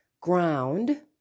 ground